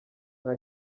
nta